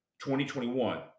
2021